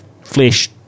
flesh